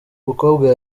mukobwa